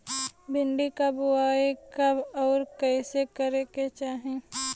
भिंडी क बुआई कब अउर कइसे करे के चाही?